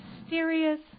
mysterious